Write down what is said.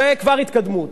זאת כבר התקדמות,